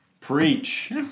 Preach